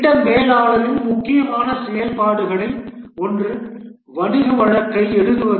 திட்ட மேலாளரின் முக்கியமான செயல்பாடுகளில் ஒன்று வணிக வழக்கை எழுத எழுதுவது